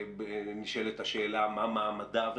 ונשאלת השאלה מה מעמדה.